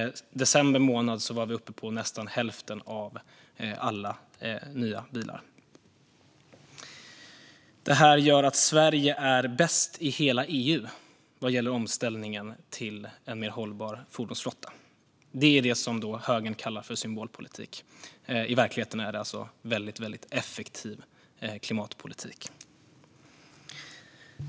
I december månad var vi uppe på nästan hälften av alla nya bilar. Det här gör att Sverige är bäst i hela EU vad gäller omställningen till en mer hållbar fordonsflotta. Det är vad högern kallar för symbolpolitik. I verkligheten är det väldigt effektiv kilmatpolitik.